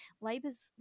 Labor's